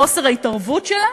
בחוסר ההתערבות שלה